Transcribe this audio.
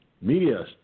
media